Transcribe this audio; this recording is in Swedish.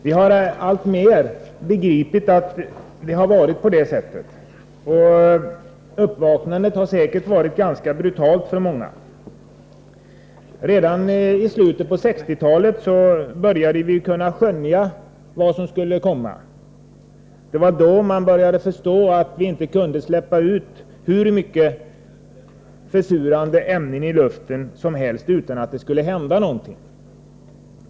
Vi har mer och mer förstått sammanhangen, och uppvaknandet har säkert varit ganska brutalt för många. Redan i slutet på 1960-talet började vi kunna skönja vad som skulle komma. Det var då man började förstå att vi inte kunde släppa ut hur mycket som helst av försurande ämnen i luften utan att det skulle hända någonting.